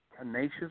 tenacious